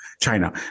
China